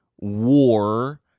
war